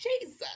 Jesus